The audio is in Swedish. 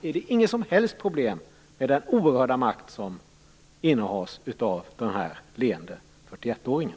Är det inga som helst problem med den oerhörda makt som innehas av den leende 41-åringen?